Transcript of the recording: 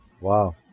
Wow